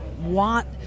want